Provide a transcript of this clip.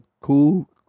cool